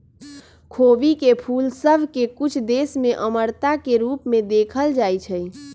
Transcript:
खोबी के फूल सभ के कुछ देश में अमरता के रूप में देखल जाइ छइ